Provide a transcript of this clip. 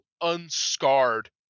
unscarred